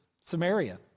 Samaria